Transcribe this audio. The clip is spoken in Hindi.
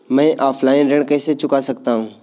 मैं ऑफलाइन ऋण कैसे चुका सकता हूँ?